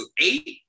eight